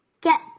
get